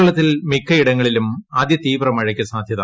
കേരളത്തിൽ മിക്കയിടങ്ങളിലും അതിതീവ്ര മഴയ്ക്ക് സാധ്യത